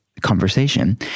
conversation